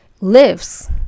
lives